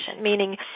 meaning